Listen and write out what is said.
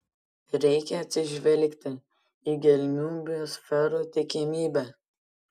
reikia atsižvelgti į gelmių biosferų tikimybę